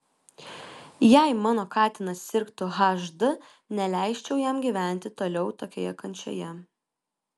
jei mano katinas sirgtų hd neleisčiau jam gyventi toliau tokioje kančioje